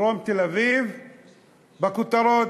דרום תל-אביב בכותרות.